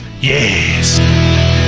Yes